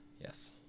yes